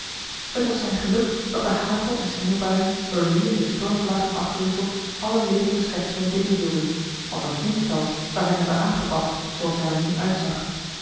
het was zijn geluk dat de hagel en sneeuwbuien door loeiende stormvlagen afgewisseld alle levende schepselen binnenhielden want een hond zelfs zou hem hebben aangebast zooals hij er nu uitzag